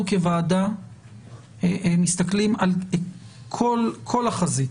אנחנו כוועדה מסתכלים על כל החזית.